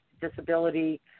disability